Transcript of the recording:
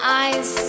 eyes